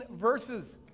verses